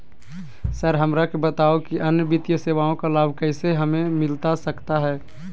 Sir हमरा के बताओ कि अन्य वित्तीय सेवाओं का लाभ कैसे हमें मिलता सकता है?